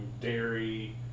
dairy